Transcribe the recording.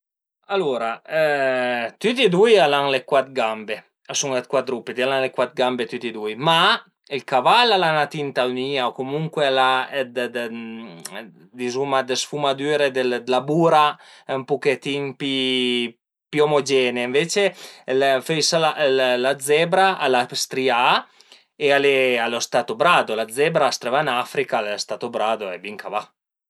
Alura tüti e dui al an le cuat gambe, a sun dë cuadrupedi, al an le cuat gambe tüti e dui, ma ël caval al a la tinta ünìa o comuncue al a dë dë dizuma dë sfumadüre d'la bura ën puchetin pi omogenee, ënvece föisa la zebra al e strià e al e a lo stato brado, la zebra a s'tröva ën Africa e lo stato brado e bin ch'a va